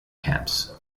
camps